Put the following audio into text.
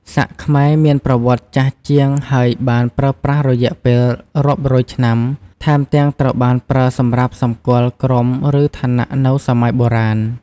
សាក់ខ្មែរ មានប្រវត្តិចាស់ជាងហើយបានប្រើប្រាស់រយៈពេលរាប់រយឆ្នាំ ថែមទាំងត្រូវបានប្រើសម្រាប់សម្គាល់ក្រុមឬឋានៈនៅសម័យបុរាណ។